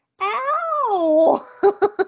Ow